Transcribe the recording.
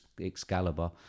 Excalibur